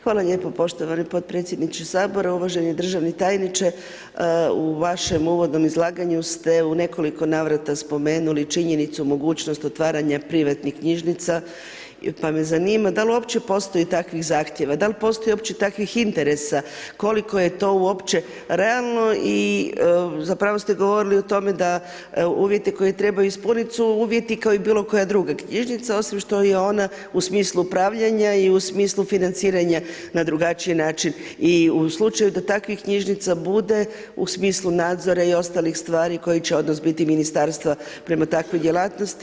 Hvala lijepo poštovani podpredsjedniče sabora, uvaženi državni tajniče, u vašem uvodnom izlaganju ste u nekoliko navrata spomenuli činjenicu, mogućnost otvaranja privatnih knjižnica, pa me zanima da li uopće postoji takvih zahtjeva, da li postoji uopće takvih interesa, koliko je to uopće realno i zapravo ste govorili o tome da uvjete koje trebaju ispunit su uvjeti kao i bilo koja druga knjižnica osim što je ona u smislu upravljanja i u smislu financiranja na drugačiji način i u slučaju da takvih knjižnica bude u smislu nadzora i ostalih stvari koji će odnos biti ministarstva prema takvoj djelatnosti.